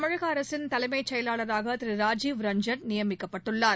தமிழக அரசின் தலைமைச்செயலாளராக திரு ராஜீவ் ரஞ்சன் நியமிக்கப்பட்டுள்ளார்